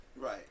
Right